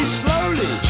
slowly